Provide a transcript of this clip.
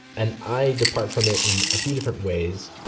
and i depart from it in a few different ways,